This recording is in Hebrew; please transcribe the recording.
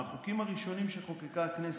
מהחוקים הראשונים שחוקקה הכנסת,